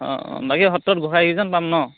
অঁ অঁ বাকী সত্ৰত গোসাঁই কেইজন পাম ন